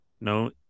no